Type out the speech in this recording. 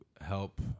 help